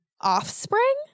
offspring